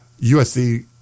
USC